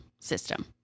system